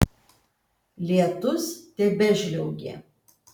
lietus tebežliaugė